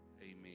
Amen